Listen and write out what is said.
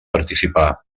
participar